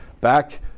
Back